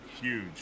huge